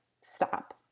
stop